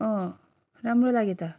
अँ राम्रो लाग्यो त